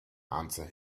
answer